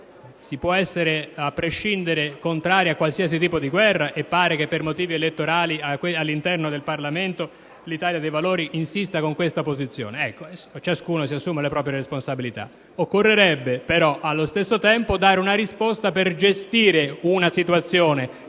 Si può essere contrari a prescindere, a qualsiasi tipo di guerra, e pare che per motivi elettorali all'interno del Parlamento l'Italia dei Valori insista su questa posizione. Ciascuno si assuma le proprie responsabilità. Occorrerebbe però allo stesso tempo dare una risposta per gestire una situazione